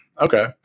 okay